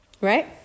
right